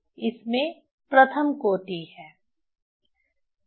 इसमें प्रथम कोटि है